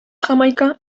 jamaica